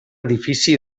edifici